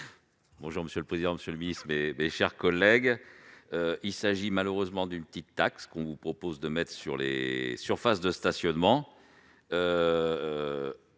bonjour monsieur le président, Monsieur le Ministre, mais mes chers collègues, il s'agit malheureusement d'une petite taxe qu'on vous propose de mètres sur les surfaces de stationnement